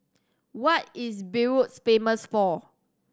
what is Beirut famous for